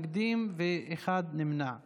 מתנגדים ונמנע אחד.